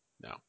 No